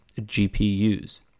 GPUs